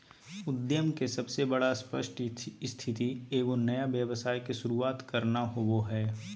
उद्यम के सबसे बड़ा स्पष्ट स्थिति एगो नया व्यवसाय के शुरूआत करना होबो हइ